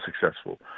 successful